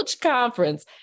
conference